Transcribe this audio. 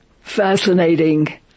fascinating